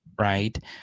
right